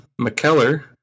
McKellar